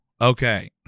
okay